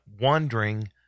wondering